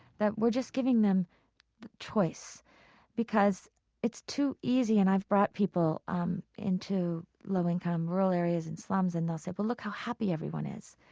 that we're just giving them choice because it's too easy and i've brought people um into low-income rural areas and slums and they'll say, well, look how happy everyone is.